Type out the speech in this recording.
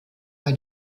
bei